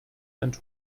and